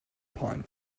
pine